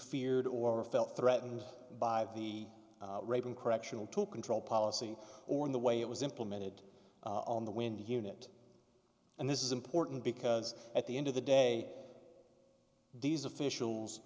feared or felt threatened by the correctional to control policy or in the way it was implemented on the wind unit and this is important because at the end of the day these officials